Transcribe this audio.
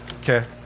okay